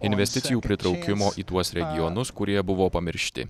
investicijų pritraukimo į tuos regionus kurie buvo pamiršti